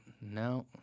no